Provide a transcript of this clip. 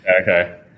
Okay